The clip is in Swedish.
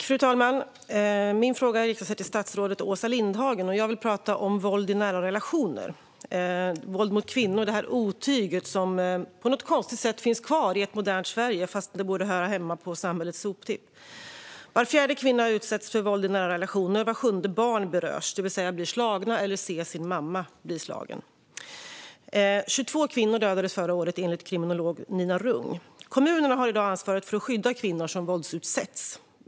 Fru talman! Min fråga riktar sig till statsrådet Åsa Lindhagen, och jag vill tala om våld i nära relationer - våld mot kvinnor, detta otyg som på något konstigt sätt finns kvar i ett modernt Sverige, fast det borde höra hemma på samhällets soptipp. Var fjärde kvinna utsätts för våld i en nära relation. Vart sjunde barn berörs, det vill säga blir slaget eller ser sin mamma bli slagen. Enligt kriminolog Nina Rung dödades förra året 22 kvinnor. Kommunerna har i dag ansvaret för att skydda kvinnor som utsätts för våld.